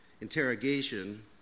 interrogation